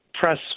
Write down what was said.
press